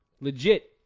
Legit